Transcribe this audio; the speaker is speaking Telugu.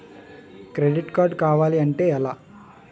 క్రెడిట్ కార్డ్ కావాలి అంటే ఎలా?